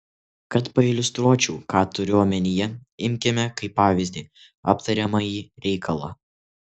kad pailiustruočiau ką turiu omenyje imkime kaip pavyzdį aptariamąjį reikalą